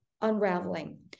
unraveling